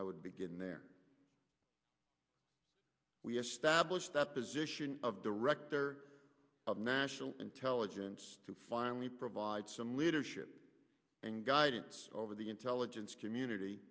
i would begin where we established the position of director of national intelligence to finally provide some leadership and guidance over the intelligence community